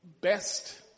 best